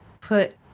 put